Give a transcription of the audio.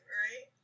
right